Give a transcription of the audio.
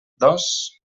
dos